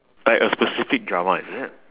like a specific drama is it